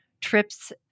trips